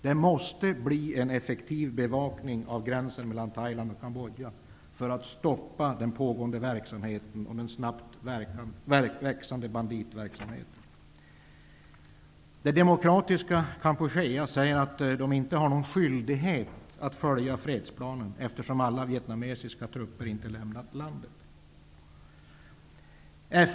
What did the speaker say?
Det måste bli en effektiv bevakning av gränsen mellan Thailand och Kambodja för att stoppa den pågående och snabbt växande banditverksamheten. ''Demokratiska Kampuchea'' säger att det inte har någon skyldighet att följa fredsplanen, eftersom alla vietnamesiska trupper inte har lämnat landet.